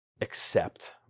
accept